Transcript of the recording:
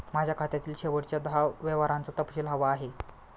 माझ्या खात्यातील शेवटच्या दहा व्यवहारांचा तपशील हवा आहे